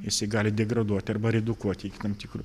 jisai gali degraduoti arba redukuoti iki tam tikro